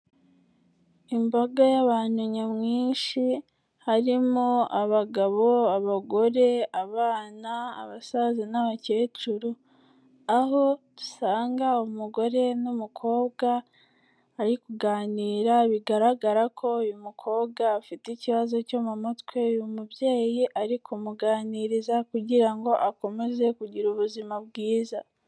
Imbaga y'abantu nyamwinshi harimo abagabo, abagore, abana, abasaza n'abakecuru, aho dusanga umugore n'umukobwa bari kuganira, bigaragara ko uyu mukobwa afite ikibazo cyo mu mutwe, uyu mubyeyi ari kumuganiriza kugira ngo akomeze kugira ubuzima bwiza.